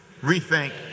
Rethink